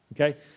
Okay